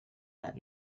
that